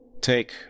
Take